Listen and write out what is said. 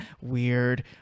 Weird